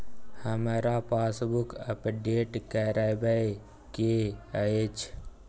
हमरा passbook update करैबे के अएछ?